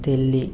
Delhi